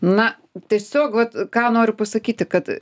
na tiesiog vat ką noriu pasakyti kad